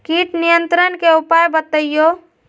किट नियंत्रण के उपाय बतइयो?